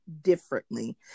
differently